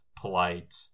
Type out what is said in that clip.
polite